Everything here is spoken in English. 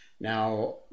Now